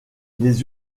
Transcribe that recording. les